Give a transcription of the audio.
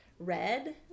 red